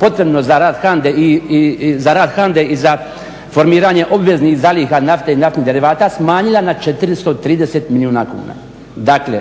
potrebno za rad HANDA-e i za formiranje obveznih zaliha nafte i naftnih derivata smanjila na 430 milijuna kuna. Dakle,